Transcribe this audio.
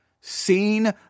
seen